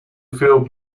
field